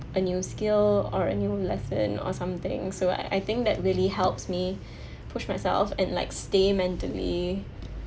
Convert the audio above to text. a new skill or a new lesson or something so I I think that really helps me push myself and like stay mentally